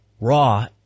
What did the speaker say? raw